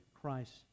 Christ